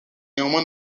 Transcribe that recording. néanmoins